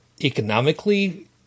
economically